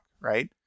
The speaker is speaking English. Right